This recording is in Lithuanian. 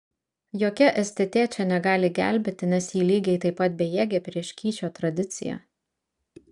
jokia stt čia negali gelbėti nes ji lygiai taip pat bejėgė prieš kyšio tradiciją